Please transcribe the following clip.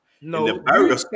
No